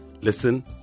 Listen